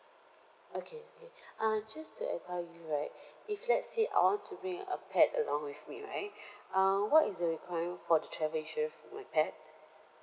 okay okay uh just to advise you right if let's say I want to bring a pet along with me right uh what is the requirement for the travel insurance for my pet